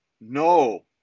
no